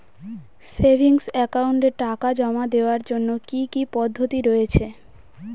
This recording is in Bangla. সেভিংস একাউন্টে টাকা জমা দেওয়ার জন্য কি কি পদ্ধতি রয়েছে?